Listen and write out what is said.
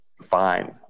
fine